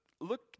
look